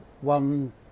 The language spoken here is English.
one